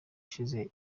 ishize